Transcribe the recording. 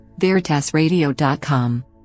VeritasRadio.com